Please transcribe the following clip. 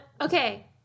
Okay